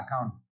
account